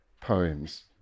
poems